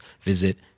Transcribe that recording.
visit